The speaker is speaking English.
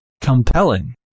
compelling